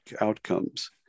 outcomes